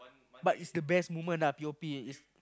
but is the best moment ah P_O_P it's